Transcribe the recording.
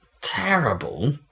Terrible